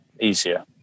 easier